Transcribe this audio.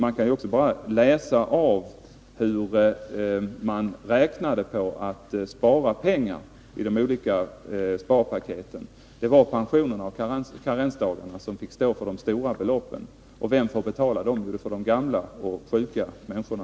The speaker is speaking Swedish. Man kan också bara läsa av hur de borgerliga räknade med att spara pengar i de olika sparpaketen. Det var pensionerna och karensdagarna som fick stå för de stora beloppen. Och vem får betala då? Jo, de gamla och sjuka.